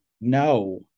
No